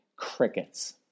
Crickets